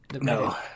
No